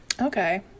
Okay